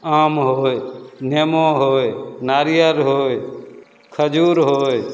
आम होइ नेमो होइ नारियल होइ खजूर होइ